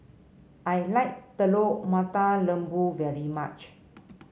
I like Telur Mata Lembu very much